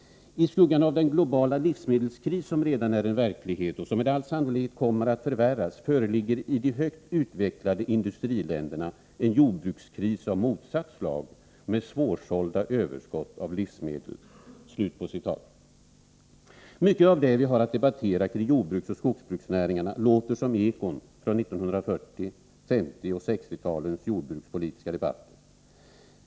———- I skuggan av den globala livsmedelskris, som redan är en verklighet och som med all sannolikhet kommer att förvärras, föreligger i de högt utvecklade industriländerna en jordbrukskris av motsatt slag med svårsålda överskott av livsmedel.” Mycket av det vi har att debattera kring jordbruksoch skogsbruksnäringarna låter som ekon från 40-, 50 och 60-talens jordbrukspolitiska debatter.